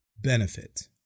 benefit